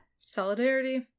Solidarity